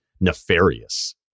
nefarious